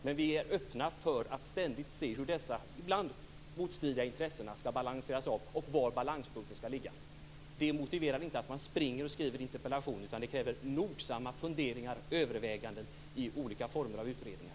Men vi är öppna för att man ständigt måste undersöka om dessa ibland motstridiga intressen skall balanseras om och var balanspunkten skall ligga. Det motiverar inte att man springer och skriver interpellationer. Det kräver nogsamma funderingar och överväganden i olika former av utredningar.